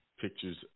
pictures